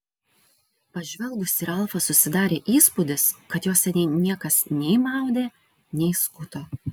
pažvelgus į ralfą susidarė įspūdis kad jo seniai niekas nei maudė nei skuto